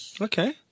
Okay